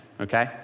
Okay